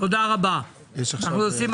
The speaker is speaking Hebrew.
תודה רבה, הישיבה נעולה.